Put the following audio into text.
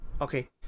okay